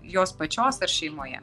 jos pačios ar šeimoje